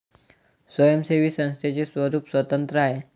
स्वयंसेवी संस्थेचे स्वरूप स्वतंत्र आहे